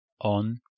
on